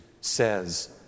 says